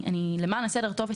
למען הסדר הטוב,